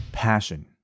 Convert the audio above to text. passion